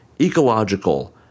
ecological